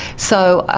so, ah